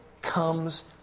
comes